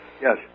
Yes